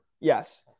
Yes